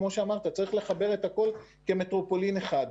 כמו שאמרת, צריך לחבר את הכול כמטרופולין אחד.